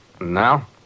now